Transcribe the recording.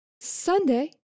Sunday